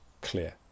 clear